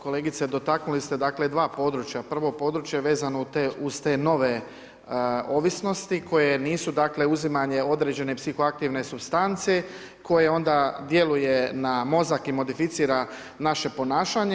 Kolegice dotaknuli ste 2 područja, prvo područje vezano uz te nove ovisnosti, koji nisu dakle, uzimanje određene psihoaktivne supstance, koji onda djeluje na mozak i modificira na naše ponašanje.